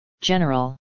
General